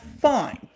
fine